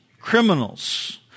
criminals